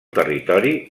territori